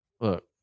look